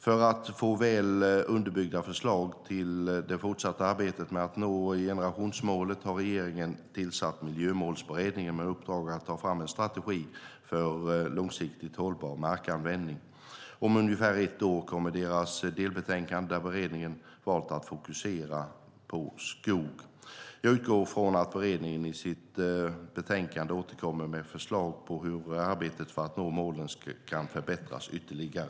För att få väl underbyggda förslag till det fortsatta arbetet med att nå generationsmålet har regeringen tillsatt Miljömålsberedningen, med uppdrag att ta fram en strategi för långsiktigt hållbar markanvändning. Om ungefär ett år kommer deras delbetänkande, där beredningen valt att fokusera på skog. Jag utgår från att beredningen i sitt betänkande återkommer med förslag på hur arbetet för att nå målen kan förbättras ytterligare.